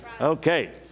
Okay